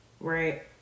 Right